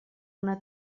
una